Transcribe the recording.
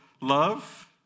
love